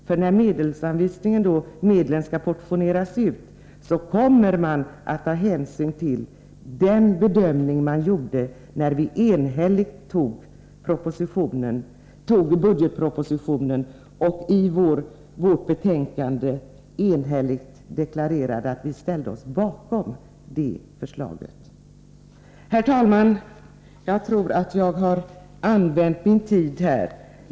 För när medlen skall portioneras ut kommer hänsyn att tas till den bedömning som gjordes när vi enhälligt antog budgetpropositionen och i vårt betänkande enhälligt deklarerade att vi ställde oss bakom regeringsförslaget. Herr talman! Jag tror att jag snart har använt min tid.